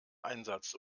einsatz